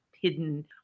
hidden